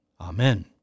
Amen